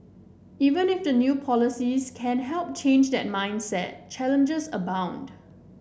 even if the new policies can help change that mindset challenges abound